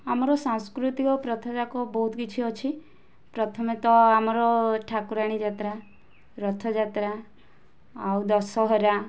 ଆମର ସାଂସ୍କୃତିକ ପ୍ରଥା ଯାକ ବହୁତ କିଛି ଅଛି ପ୍ରଥମେ ତ ଆମର ଠାକୁରାଣୀ ଯାତ୍ରା ରଥଯାତ୍ରା ଆଉ ଦଶହରା